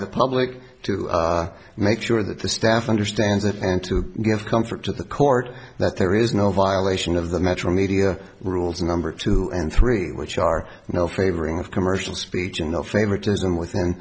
the public to make sure that the staff understands it and to give comfort to the court that there is no violation of the metromedia rules number two and three which are no favoring of commercial speech and no favoritism within